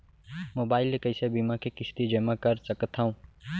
Mobile ले कइसे बीमा के किस्ती जेमा कर सकथव?